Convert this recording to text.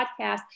podcast